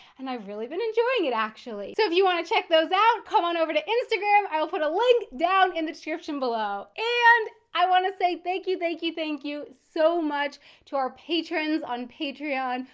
and i've really been enjoying it actually. so if you want to check those out, come on over to instagram. i will put a link down in the description below. and i want to say thank you, thank you, thank you so much to our patrons on patreon,